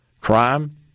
Crime